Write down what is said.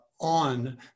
on